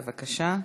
בבקשה.